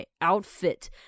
outfit